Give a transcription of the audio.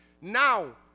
now